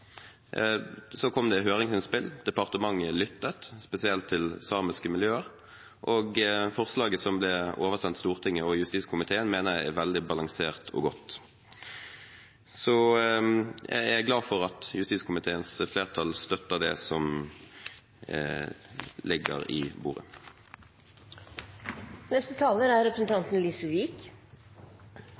kom høringsinnspill, departementet lyttet, spesielt til samiske miljøer, og forslaget som ble oversendt Stortinget og justiskomiteen, mener jeg er veldig balansert og godt. Jeg er glad for at justiskomiteens flertall støtter det som ligger på bordet. Proposisjonen omhandler endringer i